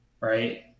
right